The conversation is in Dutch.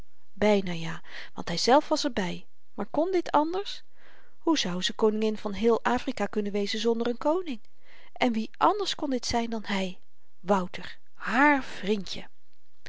byna ja want hyzelf was er by maar kon dit anders hoe zou ze koningin van heel afrika kunnen wezen zonder n koning en wie anders kon dit zyn dan hy wouter haar vrindje